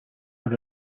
are